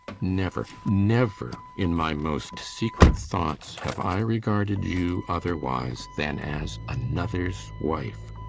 never never in my most secret thoughts have i regarded you otherwise than as another's wife.